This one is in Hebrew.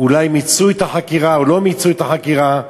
מיצו את החקירה או לא מיצו את החקירה,